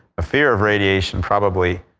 a fear of radiation, probably,